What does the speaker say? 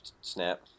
snap